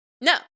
No